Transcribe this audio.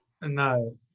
No